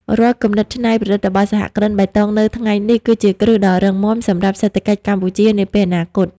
រាល់គំនិតច្នៃប្រឌិតរបស់សហគ្រិនបៃតងនៅថ្ងៃនេះ គឺជាគ្រឹះដ៏រឹងមាំសម្រាប់សេដ្ឋកិច្ចកម្ពុជានាពេលអនាគត។